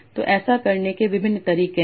तो ऐसा करने के विभिन्न तरीके हैं